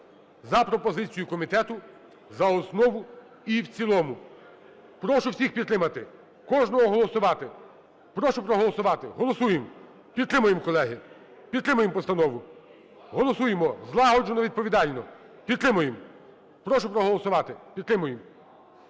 за пропозицію комітету – за основу і в цілому. Прошу всіх підтримати, кожного голосувати. Прошу проголосувати, голосуємо, підтримуємо, колеги. Підтримуємо постанову, голосуймо злагоджено, відповідально. Підтримуємо. Прошу проголосувати, підтримуємо.